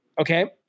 Okay